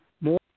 More